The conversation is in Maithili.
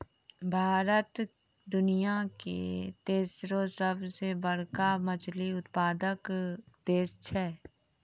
भारत दुनिया के तेसरो सभ से बड़का मछली उत्पादक देश छै